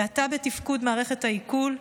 האטה בתפקוד מערכת העיכול,